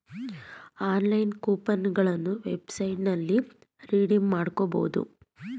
online coupon ಗಳನ್ನ ವೆಬ್ಸೈಟ್ನಲ್ಲಿ redeem ಮಾಡ್ಕೋಬಹುದು